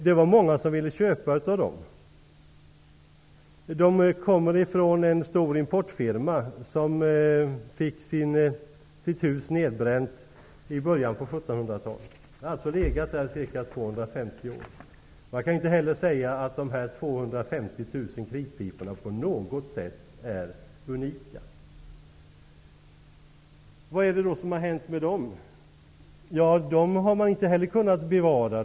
Det var många som ville köpa dem. De kommer från en stor importfirma som fick sitt hus nedbränt i början på 1700-talet. De hade alltså legat där ca 250 år. Jag kan inte säga att dessa 250 000 kritpipor på något sätt är unika. Vad är det då som har hänt med dem? De har man inte heller kunnat bevara.